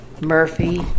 Murphy